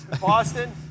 Boston